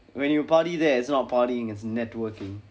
when you party there it's not partying it's networking